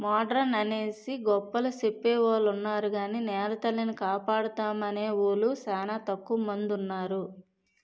modern అనేసి గొప్పలు సెప్పెవొలున్నారు గాని నెలతల్లిని కాపాడుతామనేవూలు సానా తక్కువ మందున్నారు